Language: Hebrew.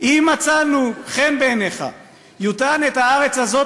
"אם מצאנו חן בעיניך יֻתן את הארץ הזאת